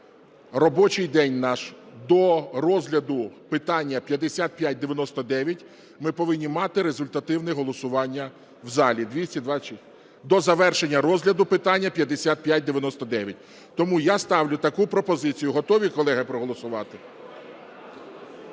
робочий день наш до розгляду питання 5599, ми повинні мати результативне голосування в залі – 226, до завершення розгляду питання 5599. Тому я ставлю таку пропозицію. Готові, колеги, проголосувати?